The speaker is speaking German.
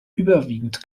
überwiegend